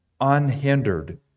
unhindered